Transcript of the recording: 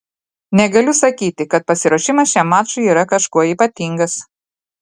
negaliu sakyti kad pasiruošimas šiam mačui yra kažkuo ypatingas